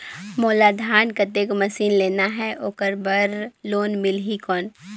मोला धान कतेक मशीन लेना हे ओकर बार लोन मिलही कौन?